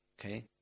Okay